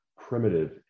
primitive